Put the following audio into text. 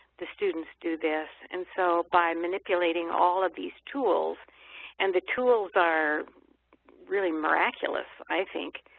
the students do this. and so by manipulating all of these tools and the tools are really miraculous, i think,